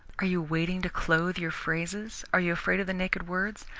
are you waiting to clothe your phrases? are you afraid of the naked words?